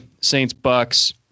Saints-Bucks